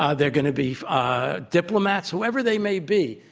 ah they're going to be ah diplomats, whoever they may be,